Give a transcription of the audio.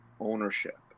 ownership